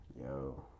Yo